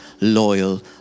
loyal